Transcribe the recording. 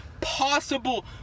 possible